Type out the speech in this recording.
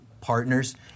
partners